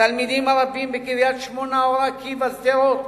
התלמידים הרבים בקריית-שמונה, באור-עקיבא ובשדרות,